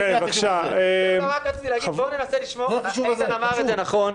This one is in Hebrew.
איתן אמר נכון,